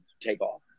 takeoff